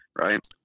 right